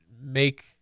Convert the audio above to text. make